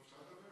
בבקשה.